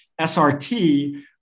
SRT